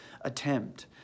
Attempt